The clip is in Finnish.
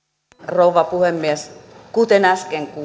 rouva puhemies kuten äsken kuulimme